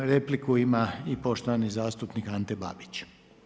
Repliku ima i poštovani zastupnik Ante Babić.